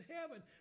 heaven